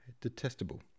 Detestable